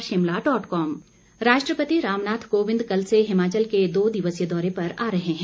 राष्ट्रपति राष्ट्रपति रामनाथ कोविंद कल से हिमाचल के दो दिवसीय दौरे पर आ रहे है